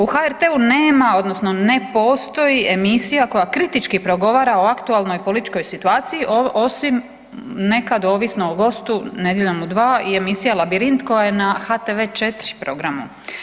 U HRT-u nema odnosno ne postoji emisija koja kritički progovara o aktualnoj situaciji osim nekad ovisno o gostu Nedjeljom u 2 i emisija Labirint koja je na HTV4 programu.